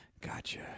Gotcha